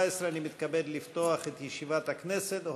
את ישיבת הכנסת.